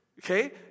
Okay